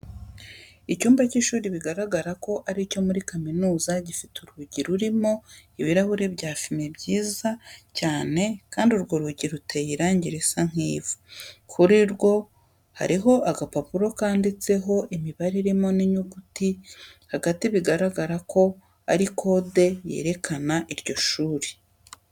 Icyumba cy'ishuri bigaragara ko ari icyo muri kaminuza gifite urugi rurimo ibirahuri bya fime byiza cyane kandi urwo rugi ruteye irangi risa nk'ivu. Kuri rwo hariho agapapuro kanditseho imibare irimo n'inyuguti hagati bigaragara ko ari kode yerekana iryo shuri.